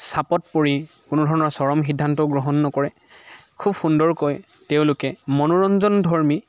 চাপত পৰি কোনোধৰণৰ চৰম সিদ্ধান্ত গ্ৰহণ নকৰে খুব সুন্দৰকৈ তেওঁলোকে মনোৰঞ্জনধৰ্মী